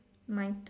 mine